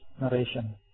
narration